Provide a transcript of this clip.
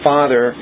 Father